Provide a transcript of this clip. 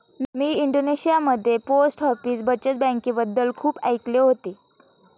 मी इंडोनेशियामध्ये post office बचत बँकेबद्दल खूप ऐकले होते